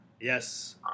Yes